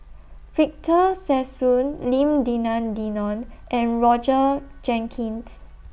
Victor Sassoon Lim Denan Denon and Roger Jenkins